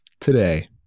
Today